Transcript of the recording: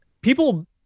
people